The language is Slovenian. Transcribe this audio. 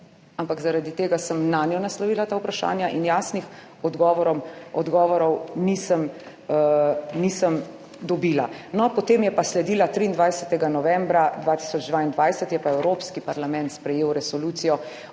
ampak zaradi tega sem nanjo naslovila ta vprašanja in jasnih odgovorov nisem dobila. No, potem je pa sledila, 23. novembra 2022 je pa Evropski parlament sprejel resolucijo